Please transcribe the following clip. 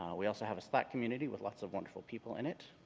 we also have a slack community with lots of wonderful people in it.